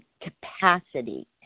capacity